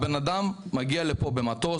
האדם מגיע לפה במטוס,